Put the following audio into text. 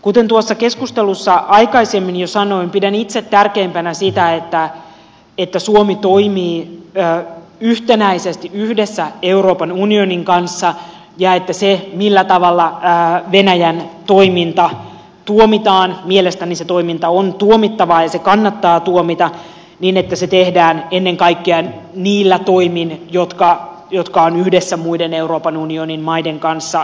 kuten tuossa keskustelussa aikaisemmin jo sanoin pidän itse tärkeimpänä sitä että suomi toimii yhtenäisesti yhdessä euroopan unionin kanssa ja että venäjän toiminta tuomitaan mielestäni se toiminta on tuomittavaa ja se kannattaa tuomita niin että se tehdään ennen kaikkea niillä toimin jotka on yhdessä muiden euroopan unionin maiden kanssa sovittu